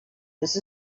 just